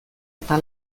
eta